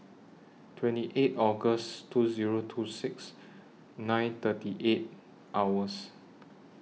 twenty eight August two Zero two six nine thirty eight hours